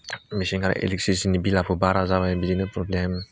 मिसिन आरो इलेकट्रिसिटिनि बिलाबो बारा जाबाय बिदिनो प्रब्लेम